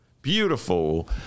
beautiful